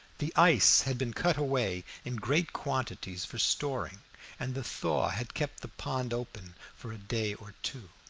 the ice had been cut away in great quantities for storing and the thaw had kept the pond open for a day or two.